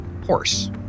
Horse